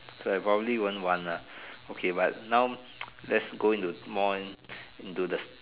so I probably won't want lah okay but now let's go into more into the